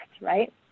right